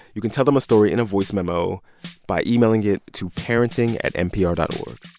you can tell them a story in a voice memo by emailing it to parenting at npr dot o